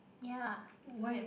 ya okay